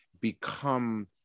become